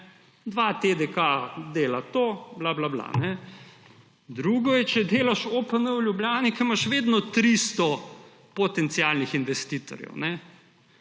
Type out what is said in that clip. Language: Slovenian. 2TDK dela to, bla bla bla. Drugo je, če delaš OPN v Ljubljani, ko imaš vedno 300 potencialnih investitorjev.